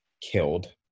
killed